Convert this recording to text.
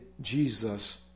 Jesus